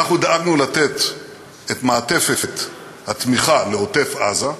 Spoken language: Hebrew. אנחנו דאגנו לתת את מעטפת התמיכה לעוטף-עזה,